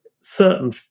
certain